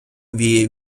віє